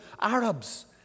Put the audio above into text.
Arabs